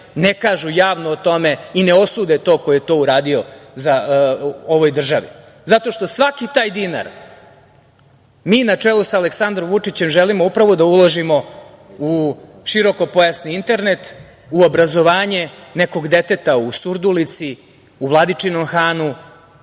ne kažu javno o tome i ne osude tog ko je to uradio ovoj državi. Zato što svaki taj dinar mi, na čelu sa Aleksandrom Vučićem, želimo upravo da uložimo u širokopojasni internet, u obrazovanje nekog deteta u Surdulici, u Vladičinom Hanu,